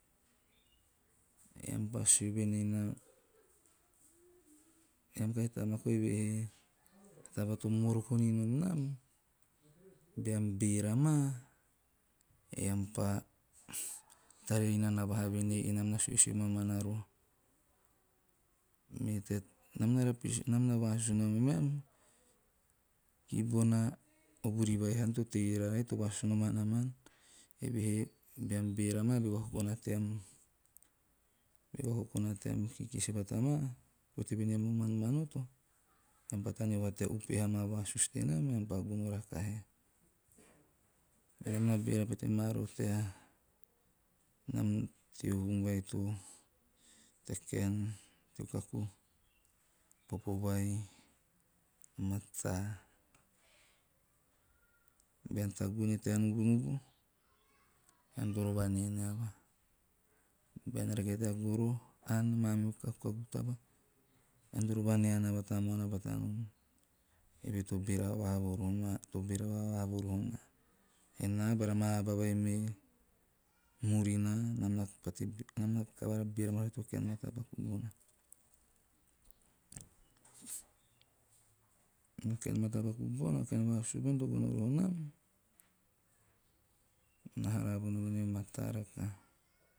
Eam pa sue voen ei eam kahi tamakau, eve he a taba to moroko ninom nam, beam beera maa eam pa tara inana vaha voen ei enam na suesu mamani roho. Me te, nam na nasusu nom a meam, kibona vuri vai haan a to tei rroaara ei, to vasus nom namam, eve hee beam beera maa, beo vakokona team kikis bata maa, pote voenei eam o mar manoto, eam pa taneo vaha tea upehe amaa vasusu tenam, eam pa gono rakahae." Nam na beera pete maa roho tea nam, teo kaen, kaku popo vai o mataa. Bean tagune tea nubunubu, ean toro vaneanava, bean rake tea goroho, ann, maa mihu kakukaku taba, ean toro vaneanava tamuana bata nom. Eve to beera vavaha voro ma enaa bara maa aba vai me murina, nam na pate kavara beera maa roho teo kaen matapaku bona. meo kaen matapaku bona, kaen vasusu bona to gono roho nam, naa na haara vonem enei o mataa rakaha.